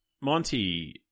Monty